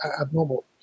abnormal